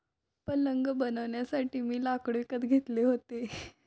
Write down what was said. पलंग बनवण्यासाठी मी लाकूड विकत घेतले होते